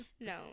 no